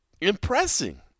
impressing